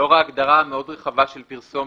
לאור ההגדרה המאוד רחבה של פרסומת,